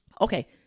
Okay